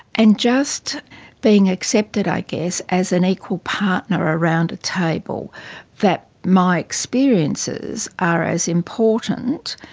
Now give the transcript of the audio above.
and just being accepted, i guess, as an equal partner around a table that my experiences are as important,